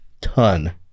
ton